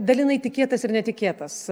dalinai tikėtas ir netikėtas